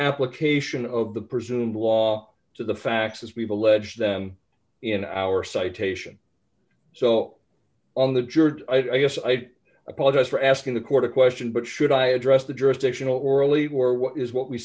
application of the presumed law to the facts as we've alleged in our citation so on the jersey i guess i apologize for asking the court a question but should i address the jurisdictional orally or what is what we